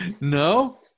No